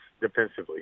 defensively